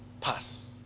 pass